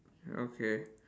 okay